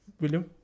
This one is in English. William